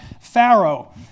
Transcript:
Pharaoh